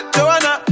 Joanna